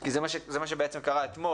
כי זה בעצם מה שקרה אתמול.